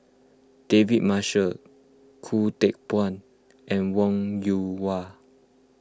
David Marshall Khoo Teck Puat and Wong Yoon Wah